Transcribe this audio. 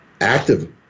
active